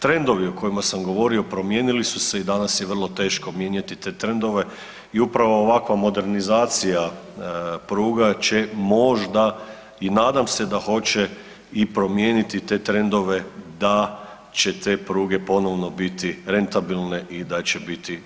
Trendovi o kojima sam govorio promijenili su se i danas je vrlo teško mijenjati te trendove i upravo ovakva modernizacija pruga će možda i nadam se da hoće i promijeniti te trendove da će te pruge ponovno biti rentabilne i da će biti što više upotrebljive.